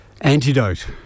antidote